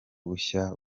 bushyashya